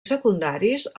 secundaris